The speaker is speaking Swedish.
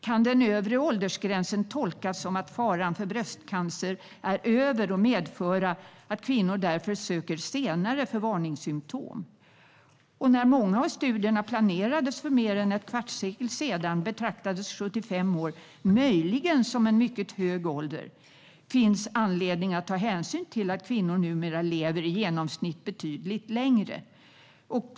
"Kan den övre åldersgränsen tolkas som att faran för bröstcancer är över och medföra att kvinnor därför söker senare för varningssymtom?" "När många av studierna planerades för mer än ett kvartssekel sedan betraktades 75 år möjligen som en mycket hög ålder - finns anledning att ta hänsyn till att kvinnor numera lever i genomsnitt betydligt längre?"